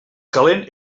calent